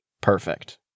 Perfect